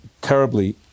terribly